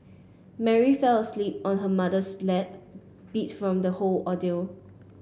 Mary fell asleep on her mother's lap beat from the whole ordeal